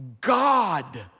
God